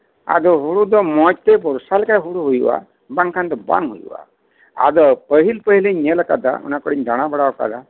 ᱟᱫᱚ ᱦᱩᱲᱩ ᱫᱚ ᱢᱚᱸᱡᱽ ᱛᱮ ᱵᱚᱨᱥᱟ ᱞᱮᱠᱷᱟᱱ ᱫᱚ ᱦᱩᱭᱩᱜᱼᱟ ᱵᱟᱝᱠᱷᱟᱱ ᱫᱚ ᱵᱟᱝ ᱦᱩᱭᱩᱜᱼᱟ ᱟᱫᱚ ᱯᱟᱹᱦᱤᱞ ᱯᱟᱹᱦᱤᱞ ᱤᱧ ᱧᱮᱞ ᱟᱠᱟᱫᱟ ᱚᱱᱟ ᱠᱚᱨᱮᱧ ᱫᱟᱲᱟ ᱵᱟᱲᱟ ᱟᱠᱟᱫᱟ